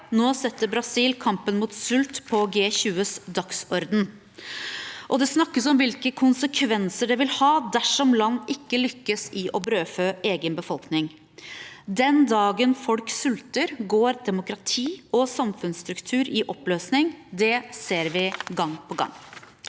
Nå setter Brasil kampen mot sult på G20s dagsorden, og det snakkes om hvilke konsekvenser det vil ha dersom land ikke lykkes i å brødfø egen befolkning. Den dagen folk sulter, går demokrati og samfunnsstruktur i oppløsning. Det ser vi gang på gang.